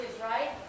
right